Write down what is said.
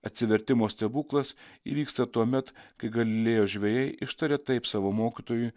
atsivertimo stebuklas įvyksta tuomet kai galilėjo žvejai ištaria taip savo mokytojui